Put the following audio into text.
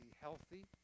healthy